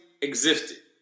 existed